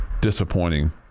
disappointing